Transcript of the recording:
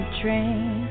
train